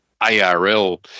ARL